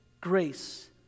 grace